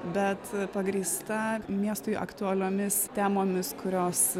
bet pagrįsta miestui aktualiomis temomis kurios